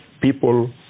people